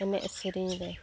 ᱮᱱᱮᱡ ᱥᱮᱨᱮᱧᱨᱮ